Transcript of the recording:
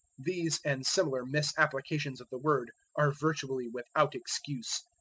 these and similar misapplications of the word are virtually without excuse.